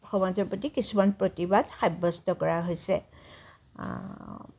সমাজৰ প্ৰতি কিছুমান প্ৰতিবাদ সাব্যস্ত কৰা হৈছে